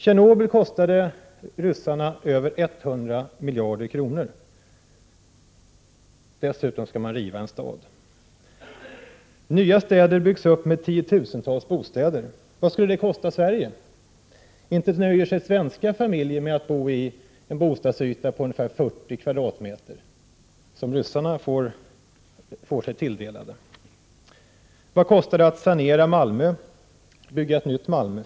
Tjernobyl kostade ryssarna över 100 miljarder kronor. Dessutom skall man riva en stad. Nya städer byggs upp med tiotusentals bostäder. Vad skulle det kosta i Sverige? Inte nöjer sig svenska familjer med att bo på ca 40 m?, som ryssarna får sig tilldelade. Vad kostar det att sanera Malmö eller att bygga ett nytt Malmö?